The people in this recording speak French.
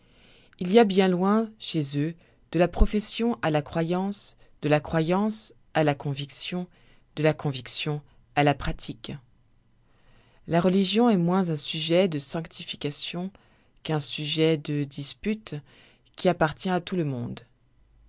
il y a bien loin chez eux de la profession à la croyance de la croyance à la conviction de la conviction à la pratique la religion est moins un sujet de sanctification qu'un sujet de disputes qui appartient à tout le monde